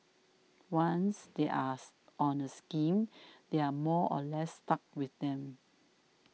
once they us on the scheme they are more or less stuck with them